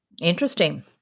Interesting